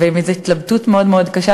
ובהתלבטות מאוד מאוד קשה,